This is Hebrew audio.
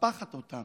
ומקפחת אותם